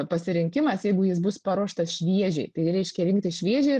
pasirinkimas jeigu jis bus paruoštas šviežiai tai reiškia rinktis šviežią